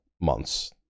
months